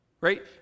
Right